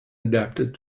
adapted